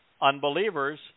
unbelievers